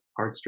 heartstring